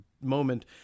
moment